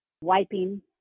wiping